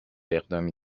اقدامی